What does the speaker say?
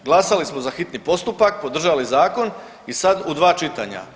Glasali smo za hitni postupak, podržali zakon i sad u dva čitanja.